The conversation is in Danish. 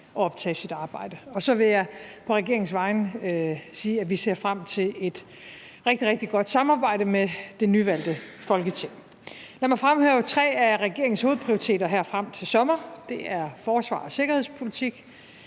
at optage sit arbejde. Så vil jeg på regeringens vegne sige, at vi ser frem til et rigtig, rigtig godt samarbejde med det nyvalgte Folketing. Lad mig fremhæve tre af regeringens hovedprioriteter her frem til sommer: Det er forsvar og sikkerhedspolitik,